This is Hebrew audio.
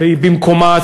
והיא במקומה,